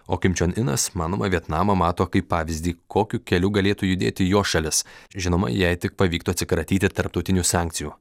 o kim čion inas manoma vietnamą mato kaip pavyzdį kokiu keliu galėtų judėti jo šalis žinoma jei tik pavyktų atsikratyti tarptautinių sankcijų